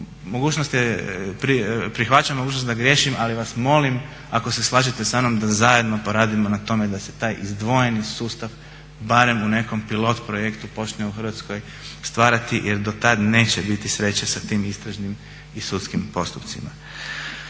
prihvaćam mogućnost da griješim ali vas molim ako se slažete sa mnom da zajedno poradimo na tome da se taj izdvojeni sustav barem u nekom pilot projektu počne u Hrvatskoj stvarati jer dotad neće biti sreće sa tim istražnim i sudskim postupcima.